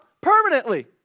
permanently